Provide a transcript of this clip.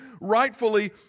rightfully